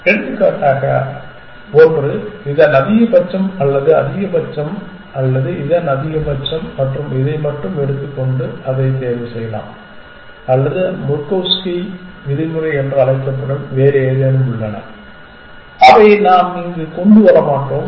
எடுத்துக்காட்டாக ஒன்று இதன் அதிகபட்சம் அல்லது அதிகபட்சம் அல்லது இதன் அதிகபட்சம் மற்றும் இதை மட்டும் எடுத்துக்கொண்டு அதைத் தேர்வுசெய்யலாம் அல்லது முர்கோவ்ஸ்கி விதிமுறை என்று அழைக்கப்படும் வேறு ஏதேனும் உள்ளன அவை நாம் இங்கு கொண்டு வரமாட்டோம்